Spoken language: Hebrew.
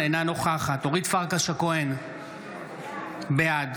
אורית פרקש הכהן, בעד